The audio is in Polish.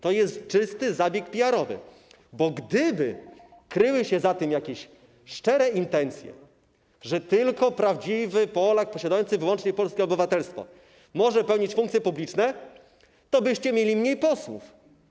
To jest czysty zabieg PR-owski, bo gdyby kryły się za tym jakieś szczere intencje, że tylko prawdziwy Polak posiadający wyłącznie polskie obywatelstwo może pełnić funkcje publiczne, byście mieli mniej posłów.